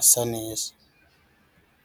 asa neza.